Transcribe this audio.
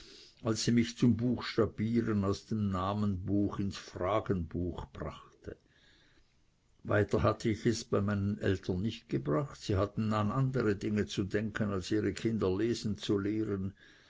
als sie mich zum buchstabieren aus dem namenbuch ins fragenbuch brachte weiter hatte ich es bei meinen eltern nicht gebracht sie hatten an andere dinge zu denken als ihre kinder lesen zu lehren